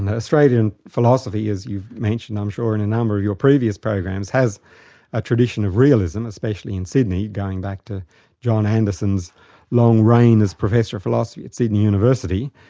and australian philosophy as you've mentioned i'm sure in a number of your previous programs, has a tradition of realism, especially in sydney going back to john anderson's long reign as professor of philosophy at sydney university.